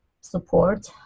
support